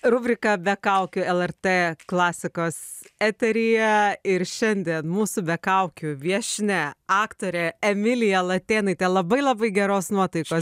rubrika be kaukių lrt klasikos eteryje ir šiandien mūsų be kaukių viešnia aktorė emilija latėnaitė labai labai geros nuotaikos